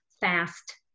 fast